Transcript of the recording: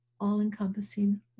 all-encompassing